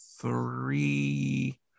three